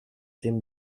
dem